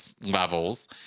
levels